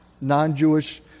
non-Jewish